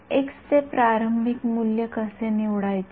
x चे प्रारंभिक मूल्य कसे निवडायचे